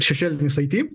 šešėlinis it